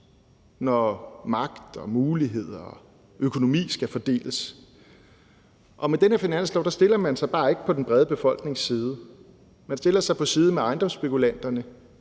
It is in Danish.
når magt og muligheder og økonomi skal fordeles. Og med den her finanslov tager man bare ikke den brede befolknings parti. Man tager parti for ejendomsspekulanterne